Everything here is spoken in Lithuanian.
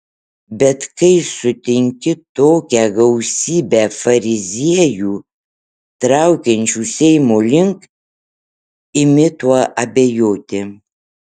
bet kai sutinki tokią gausybę fariziejų traukiančių seimo link imi tuo abejoti